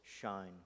shine